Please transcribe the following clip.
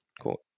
Cool